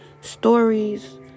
stories